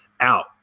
out